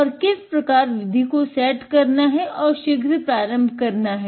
और किस प्रकार विधि को सेट करना है और शीघ्र प्रारंभ करना है